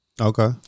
Okay